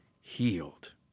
healed